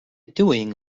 doing